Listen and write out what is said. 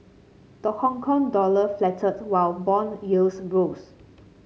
the Hong Kong dollar faltered while bond yields rose